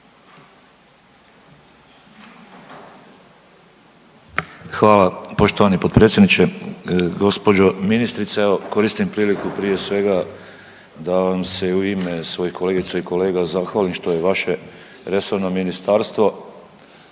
Hvala poštovani potpredsjedniče. Gospođo ministrice, evo koristim priliku prije svega da vam se u ime svojih kolegica i kolega zahvalim što je vaše resorno ministarstvo